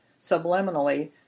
subliminally